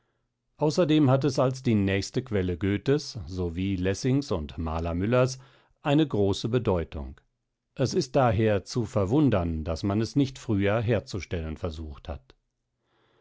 außerdem hat es als die nächste quelle goethes so wie lessings und maler müllers eine große bedeutung es ist daher zu verwundern daß man es nicht früher herzustellen versucht hat